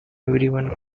everyone